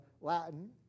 Latin